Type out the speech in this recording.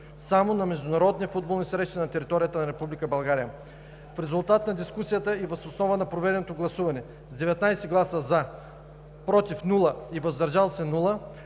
само на международни футболни срещи на територията на Република България. В резултат на дискусията и въз основа на проведеното гласуване с 19 гласа „за“, без „против“ и „въздържал се“